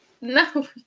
no